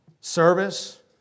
service